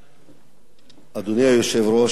אדוני היושב-ראש, חברי חברי הכנסת,